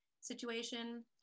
situation